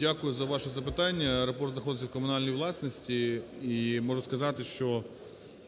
Дякую за ваше запитання. Аеропорт знаходиться в комунальній власності. І можу сказати, що